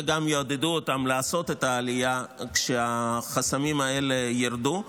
וגם יעודדו אותם לעשות את העלייה כשהחסמים האלה ירדו.